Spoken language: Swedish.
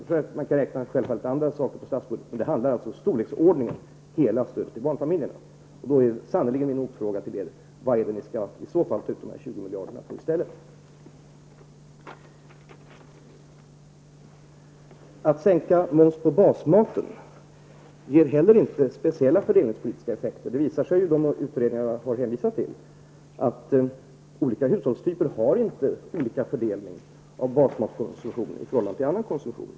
Det går självfallet att jämföra med andra saker i statsbudgeten, men det handlar alltså om belopp motsvarande hela stödet till barnfamiljerna. Det är sannerligen på sin plats att ställa en motfråga: Vad är det ni i så fall skall ta ut de 20 miljarderna på i stället? Att sänka momsen på basmaten ger heller inte särskilt stora fördelningspolitiska effekter. De utredningar jag här åberopat visar att fördelningen mellan basmatkonsumtionen och annan konsumtion inte skiljer sig mellan olika hushållstyper.